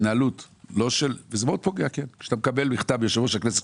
מאוד פוגע כשאתה מקבל מכתב מיושב-ראש הכנסת,